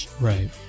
right